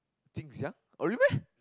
Jin Xiang oh really meh